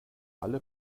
alle